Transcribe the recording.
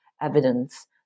evidence